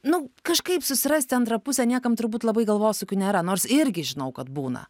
nu kažkaip susirasti antrą pusę niekam turbūt labai galvosūkių nėra nors irgi žinau kad būna